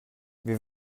wir